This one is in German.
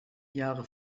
jahre